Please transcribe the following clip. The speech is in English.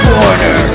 Corner